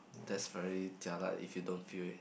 that's very jialat if you don't feel it